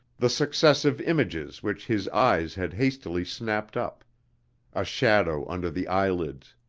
the successive images which his eyes had hastily snapped up a shadow under the eyelids,